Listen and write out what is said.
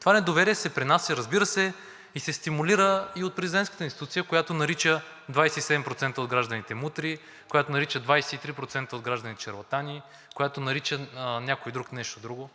Това недоверие се принася и се стимулира и от президентската институция, която нарича 27% от гражданите мутри, която нарича 23% от гражданите шарлатани, която нарича някой друг нещо друго.